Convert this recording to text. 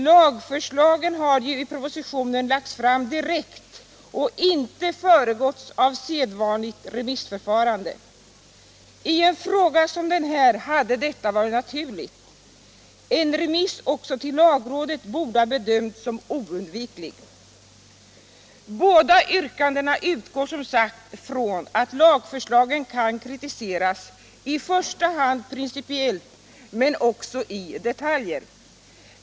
Lagförslaget har i propositionen lagts fram direkt och har alltså inte föregåtts av sedvanligt remissförfarande. I en fråga som den här hade detta varit naturligt. En remiss också till lagrådet borde ha bedömts som oundviklig. Båda yrkandena går, som sagt, ut på att lagförslagen kan kritiseras i första hand principiellt men också i detaljer.